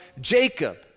Jacob